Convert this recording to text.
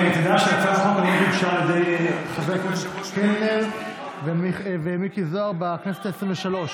הצעת החוק הוגשה על ידי חבר הכנסת קלנר ומיקי זוהר בכנסת העשרים-ושלוש.